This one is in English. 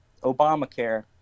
Obamacare